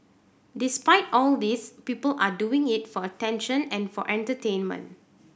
despite all these people are doing it for attention and for entertainment